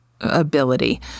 ability